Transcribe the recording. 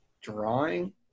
drawing